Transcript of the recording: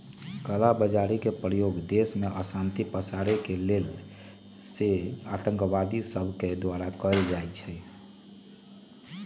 कला बजारी के प्रयोग देश में अशांति पसारे के लेल सेहो आतंकवादि सभके द्वारा कएल जाइ छइ